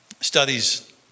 studies